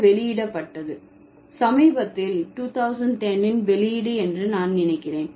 அது வெளியிடப்பட்டது சமீபத்தில் 2010 ன் வெளியீடு என்று நான் நினைக்கிறேன்